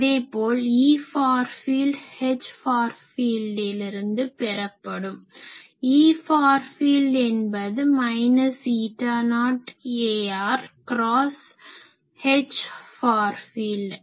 அதேபோல் E far field H far ஃபீல்டிலிருந்து பெறப்படும் Eஃபார் ஃபீல்ட் என்பது minus eta naught ar cross H far field